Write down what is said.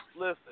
Listen